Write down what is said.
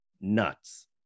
nuts